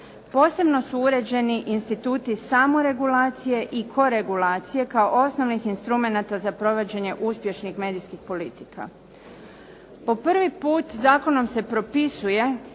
Posebno su uređeni instituti samoregulacije i koregulacije kao osnovnih instrumenata za provođenje uspješnih medijskih politika. Po prvi put zakonom se propisuje